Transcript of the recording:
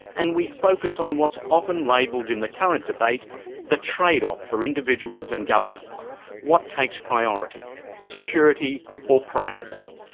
and we focus on what's often labelled in the current debate the trade-off for individuals and governments what takes priority security or privacy?